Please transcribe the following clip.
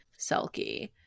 selkie